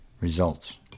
results